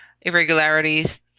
irregularities